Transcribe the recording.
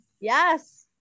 Yes